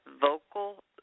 vocal